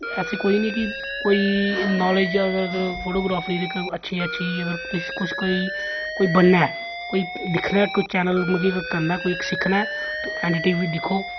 ऐसी कोई निं कि कोई नालेज अगर फोटोग्राफरी दी अच्छी अच्छी अगर कुछ कोई कोई बनना ऐ कोई दिक्खने दा कोई चैनल मतलब कोई करना कोई सिक्खना ऐ ते एन डी टी वी दिक्खो